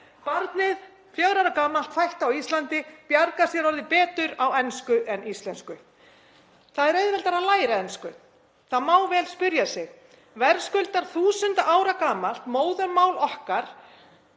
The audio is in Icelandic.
Barnið, fjögurra ára gamalt og fætt á Íslandi, bjargar sér orðið betur á ensku en íslensku. Það er auðveldara að læra ensku. Það má vel spyrja sig: Verðskuldar þúsunda ára gamalt móðurmál okkar